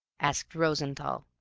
asked rosenthall,